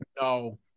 No